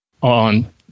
on